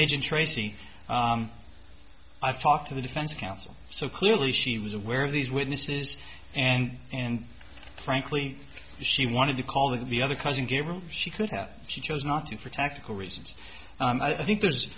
agent tracy i've talked to the defense counsel so clearly she was aware of these witnesses and and frankly she wanted to call the other cousin she could have she chose not to for tactical reasons i think there's